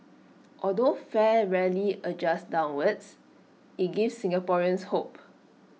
although fare rarely adjusts downwards IT gives Singaporeans hope